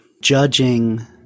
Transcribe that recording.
judging